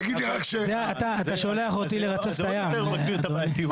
תגיד לי רק --- זה עוד יותר מגביר את הבעייתיות.